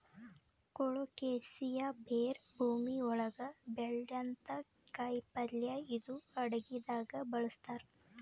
colocasia ಬೇರ್ ಭೂಮಿ ಒಳಗ್ ಬೆಳ್ಯಂಥ ಕಾಯಿಪಲ್ಯ ಇದು ಅಡಗಿದಾಗ್ ಬಳಸ್ತಾರ್